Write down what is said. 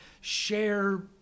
share